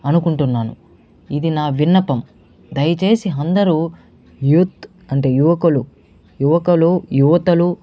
అనుకుంటున్నాను ఇది నా విన్నపం దయచేసి అందరూ యూత్ అంటే యువకులు యువకులు యువతలు